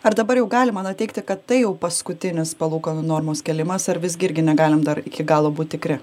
ar dabar jau galima na teigti kad tai jau paskutinis palūkanų normos kėlimas ar visgi irgi negalim dar iki galo būt tikri